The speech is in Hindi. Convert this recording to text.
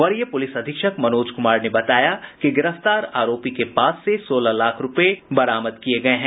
वरीय पुलिस अधीक्षक मनोज कुमार ने बताया कि गिरफ्तार आरोपी के पास से सोलह लाख रुपये बरामद किये गये हैं